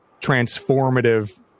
transformative